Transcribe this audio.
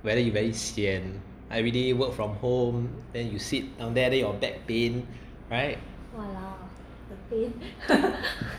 whether you very sian everyday work from home then you sit down there then your back pain right